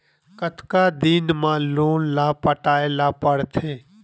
कतका दिन मा लोन ला पटाय ला पढ़ते?